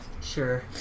Sure